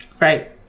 Right